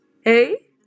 hey